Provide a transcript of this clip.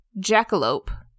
jackalope